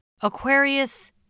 Aquarius